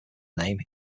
name